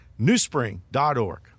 newspring.org